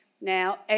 Now